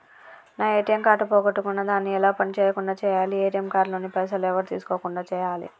నా ATM card పోగొట్టుకున్నా దాన్ని ఎలా పని చేయకుండా చేయాలి ఏ.టి.ఎమ్ కార్డు లోని పైసలు ఎవరు తీసుకోకుండా చేయాలి?